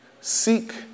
seek